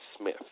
Smith